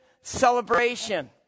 celebration